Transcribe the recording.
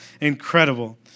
Incredible